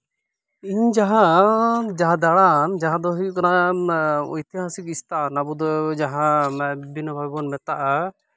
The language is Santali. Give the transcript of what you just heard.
ᱤᱧ ᱡᱟᱦᱟᱸ ᱡᱟᱦᱟᱸ ᱫᱟᱬᱟᱱ ᱡᱟᱦᱟᱸ ᱫᱚ ᱦᱩᱭᱩᱜ ᱠᱟᱱᱟ ᱳᱭᱛᱤᱦᱟᱥᱤᱠ ᱥᱛᱷᱚᱱ ᱟᱵᱚ ᱫᱚ ᱡᱟᱦᱟᱸ ᱵᱷᱟᱵᱮ ᱵᱚᱱ ᱢᱮᱛᱟᱜᱼᱟ